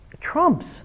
trumps